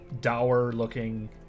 dour-looking